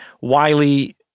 Wiley